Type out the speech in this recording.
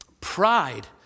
Pride